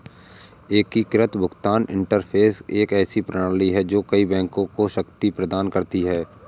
एकीकृत भुगतान इंटरफ़ेस एक ऐसी प्रणाली है जो कई बैंकों को शक्ति प्रदान करती है